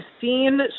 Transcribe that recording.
seen